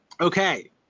Okay